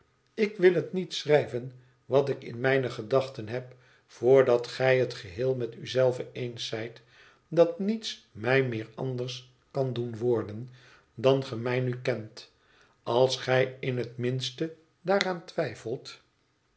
ik wil het niet schrijven wat ik in mijne gedachten heb voordat gij het geheel met u zelve eens zijt dat niets mij meer anders kan doen worden dan ge mij nu kent als gij in het minste daaraan twijfelt